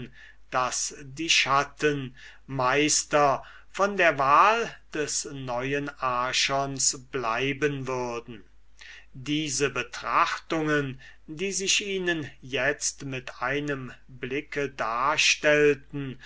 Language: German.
daß die schatten meister von der wahl des neuen archons bleiben würden diese betrachtungen die sich ihnen itzt in einem blick darstellten